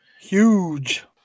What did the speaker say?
Huge